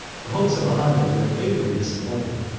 the hopes of mahomet were fatally disappointed.